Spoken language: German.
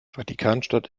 vatikanstadt